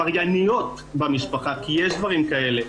"עברייניות אלימות במשפחה" למרות שיש דברים כאלה.